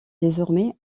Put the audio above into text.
désormais